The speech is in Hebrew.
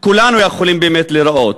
כולנו יכולים באמת לראות.